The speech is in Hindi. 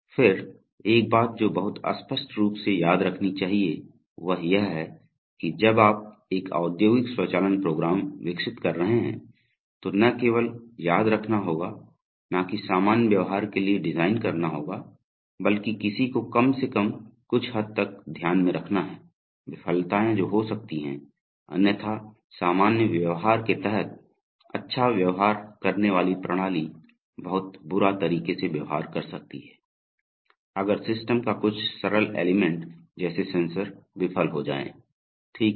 फिर एक बात जो बहुत स्पष्ट रूप से याद रखनी चाहिए वह यह है कि जब आप एक औद्योगिक स्वचालन प्रोग्राम विकसित कर रहे हैं तो न केवल याद रखना होगा नाकि सामान्य व्यवहार के लिए डिजाइन करना होगा बल्कि किसी को कम से कम कुछ हद तक ध्यान में रखना है विफलताएँ जो हो सकती हैं अन्यथा सामान्य व्यवहार के तहत अच्छा व्यवहार करने वाली प्रणाली बहुत बुरा तरीके से व्यवहार कर सकती है अगर सिस्टम का कुछ सरल एलिमेंट जैसे सेंसर विफल हो जाएँ ठीक है